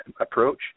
approach